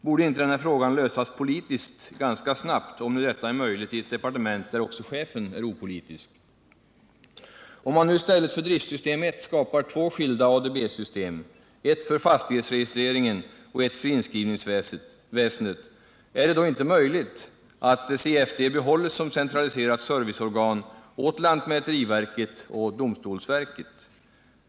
Borde inte den här frågan lösas politiskt ganska snabbt, om nu detta är möjligt i ett departement där chefen är opolitisk? Om man nu i stället för driftsystem 1 skapar två skilda ADB-system — ett för fastighetsregistreringen och ett för inskrivningsväsendet — är det då inte möjligt att CFD behålles som centraliserat serviceorgan åt lantmäteriverket och domstolsverket?